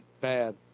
Bad